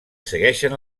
segueixen